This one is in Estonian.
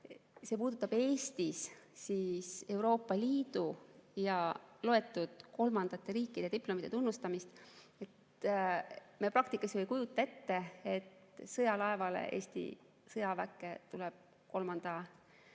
see puudutab Eestis Euroopa Liidu ja teatud kolmandate riikide diplomite tunnustamist. Me praktikas ju ei kujuta ette, et sõjalaevale, Eesti sõjaväkke tuleb kolmanda